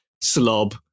slob